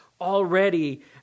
already